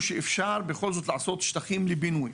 שאפשר בכל זאת לעשות שטחים לבינוי.